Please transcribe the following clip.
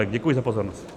Děkuji za pozornost.